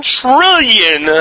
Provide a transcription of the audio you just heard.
trillion